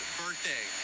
birthday